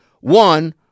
one